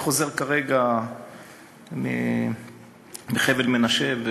אני חוזר כרגע מחבל מנשה,